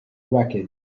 wreckage